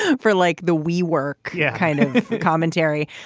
ah for like the we work yeah kind of commentary